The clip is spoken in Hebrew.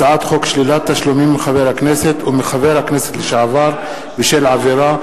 הצעת חוק שלילת תשלומים מחבר הכנסת ומחבר הכנסת לשעבר בשל עבירה,